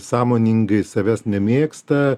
sąmoningai savęs nemėgsta